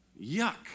Yuck